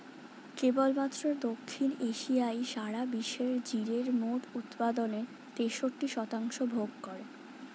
কেবলমাত্র দক্ষিণ এশিয়াই সারা বিশ্বের জিরের মোট উৎপাদনের তেষট্টি শতাংশ ভোগ করে